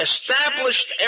Established